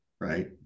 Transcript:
Right